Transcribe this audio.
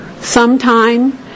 sometime